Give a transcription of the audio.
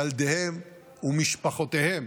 לילדיהם ומשפחותיהם